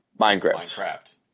Minecraft